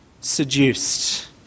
seduced